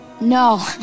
no